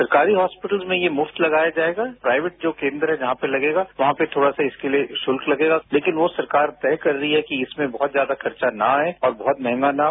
सरकारी हॉस्पिटल्स में ये मुफ्त लगाया जाएगा प्राइवेट जो केन्द्र हैं जहां पे लगेगा वहां पे इसके लिए थोड़ा सा शुल्क लगेगा लेकिन वो सरकार तय कर रही है कि इसमें बहुत ज्यादा खर्च न आए और बहुत महंगा न हो